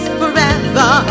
forever